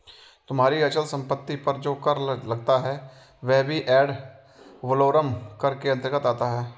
तुम्हारी अचल संपत्ति पर जो कर लगता है वह भी एड वलोरम कर के अंतर्गत आता है